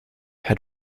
had